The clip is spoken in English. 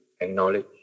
acknowledge